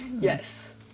Yes